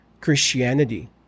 Christianity